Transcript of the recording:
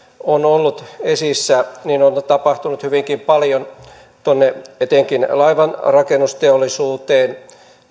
on ollut esissä on tapahtunut hyvinkin paljon etenkin laivanrakennusteollisuuteen